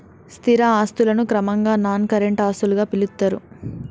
స్థిర ఆస్తులను క్రమంగా నాన్ కరెంట్ ఆస్తులుగా పిలుత్తరు